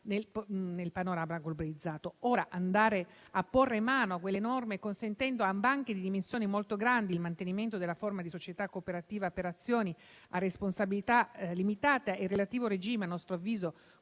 nel panorama globalizzato. Ora, andare a porre mano a quelle norme, consentendo a banche di dimensioni molto grandi il mantenimento della forma di società cooperativa per azioni a responsabilità limitata e relativo regime, a nostro avviso